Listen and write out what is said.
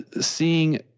seeing